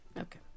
Okay